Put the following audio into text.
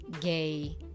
gay